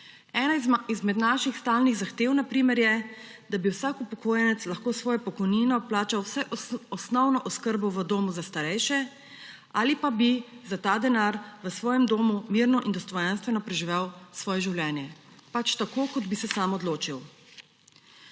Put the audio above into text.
Ena izmed naših stalih zahtev na primer je, da bi vsak upokojenec lahko s svojo pokojnino plačal vsaj osnovno oskrbo v domu za starejše ali pa bi za ta denar v svojem domu mirno in dostojanstveno preživel svoje življenje; pač tako, kot bi se sam odločil.